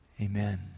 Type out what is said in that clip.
amen